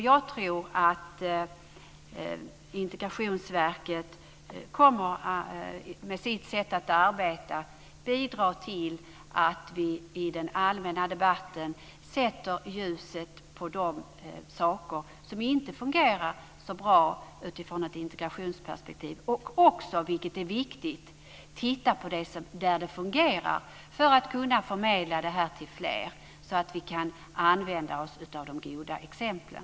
Jag tror att Integrationsverket med sitt sätt att arbeta kommer att bidra till att vi i den allmänna debatten sätter ljuset på de saker som inte fungerar så bra utifrån ett integrationsperspektiv och också, vilket är viktigt, tittar på det som fungerar för att kunna förmedla det till fler så att vi kan använda oss av de goda exemplen.